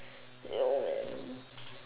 ya man